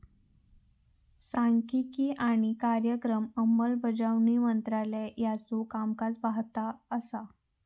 सांख्यिकी आणि कार्यक्रम अंमलबजावणी मंत्रालय त्याचो कामकाज पाहत असा